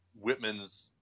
Whitman's